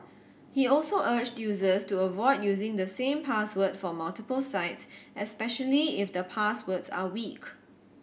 he also urged users to avoid using the same password for multiple sites especially if the passwords are weak